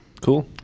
Cool